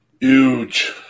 Huge